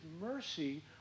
mercy